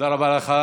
תודה רבה לך.